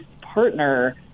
partner